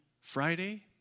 Friday